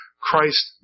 Christ